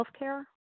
healthcare